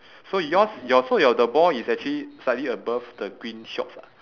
so yours your so your the ball is actually slightly above the green shorts ah